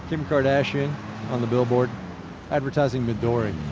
kim kardashian on the billboard advertising midori.